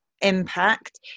impact